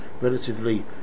relatively